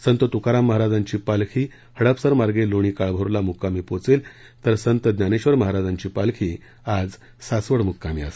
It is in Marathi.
संत तुकाराम महाराजांची पालखी हडपसर मार्गे लोणी काळभोरला मुक्कामी पोहोचेल तर संत ज्ञानेश्वर महाराजांची पालखी आज सासवड मुक्कामी असेल